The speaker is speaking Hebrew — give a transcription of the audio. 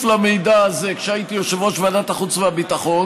למידע הזה כשהייתי יושב-ראש ועדת החוץ והביטחון